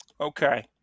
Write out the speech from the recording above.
okay